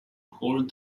hold